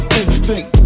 instinct